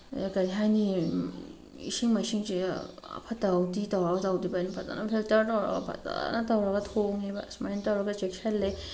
ꯀꯩ ꯍꯥꯏꯅꯤ ꯏꯁꯤꯡ ꯃꯥꯏꯁꯤꯡꯁꯦ ꯐꯠꯇꯍꯧꯗꯤ ꯇꯧꯔ ꯇꯧꯗꯕ ꯐꯖꯅ ꯐꯤꯜꯇꯔ ꯇꯧꯔꯒ ꯐꯖꯅ ꯇꯧꯔꯒ ꯊꯣꯡꯉꯦꯕ ꯁꯨꯃꯥꯏꯅ ꯇꯧꯔꯒ ꯆꯦꯛꯁꯤꯜꯂꯦ